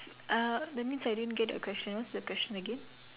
uh that means I didn't get the question what's the question again